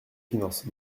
finances